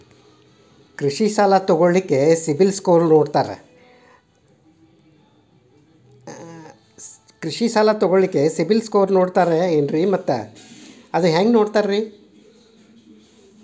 ಕೃಷಿ ಸಾಲ ತಗೋಳಿಕ್ಕೆ ಸಿಬಿಲ್ ಸ್ಕೋರ್ ನೋಡ್ತಾರೆ ಏನ್ರಿ ಮತ್ತ ಅದು ಹೆಂಗೆ ನೋಡ್ತಾರೇ?